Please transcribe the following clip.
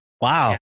Wow